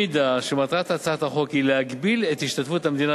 אם מטרת הצעת החוק היא להגביל את השתתפות המדינה